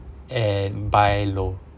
and buy low